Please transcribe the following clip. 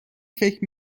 فکر